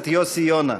ראשונה.